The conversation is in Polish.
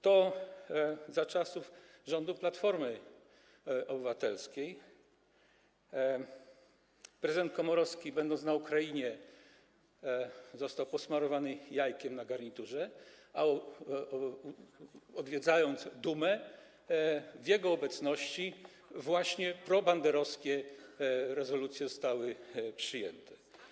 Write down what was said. To za czasów rządu Platformy Obywatelskiej prezydent Komorowski, kiedy był na Ukrainie, został posmarowany jajkiem na garniturze, a gdy odwiedzał Dumę, w jego obecności właśnie probanderowskie rezolucje zostały przyjęte.